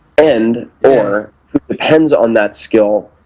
and or depends on that skill,